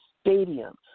stadium